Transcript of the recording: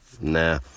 Nah